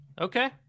okay